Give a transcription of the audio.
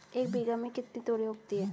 एक बीघा में कितनी तोरियां उगती हैं?